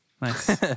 Nice